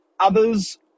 Others